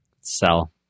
sell